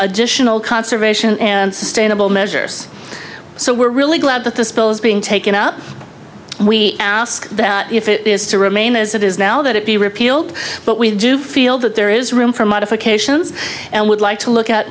additional conservation and sustainable measures so we're really glad that this bill is being taken up we ask that if it is to remain as it is now that it be repealed but we do feel that there is room for modifications and we'd like to look